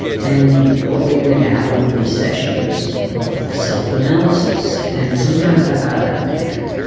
and what we would have would be sessions of self-analysis, and sometimes that got out of hand.